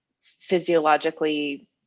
physiologically